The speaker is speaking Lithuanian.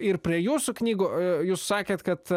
ir prie jūsų knygų jūs sakėt kad